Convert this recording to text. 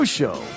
Show